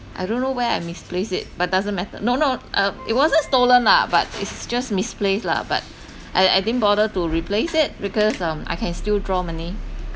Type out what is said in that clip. I don't know where I misplace it but doesn't matter no no uh it wasn't stolen lah but it is just misplaced lah but I I didn't bother to replace it because um I can still draw money